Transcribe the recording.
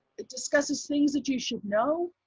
it discusses things that you should know.